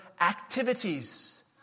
activities